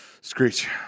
Screech